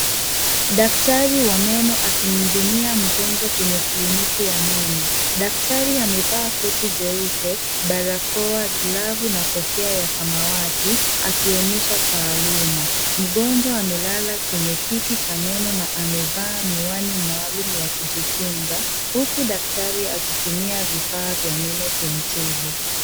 Daktari wa meno akimhudumia mgonjwa kwenye kliniki ya meno. Daktari amevaa koti jeupe, barakoa, glavu na kofia ya samawati, akionyesha taaluma. Mgonjwa amelala kwenye kiti cha meno na amevaa miwani maalum ya kujikinga, huku daktari akitumia vifaa vya meno kumtibu.